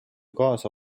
kaasa